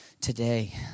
today